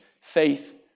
faith